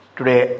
Today